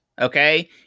okay